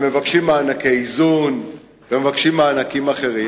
מבקשים מענקי איזון ומבקשים מענקים אחרים,